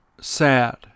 sad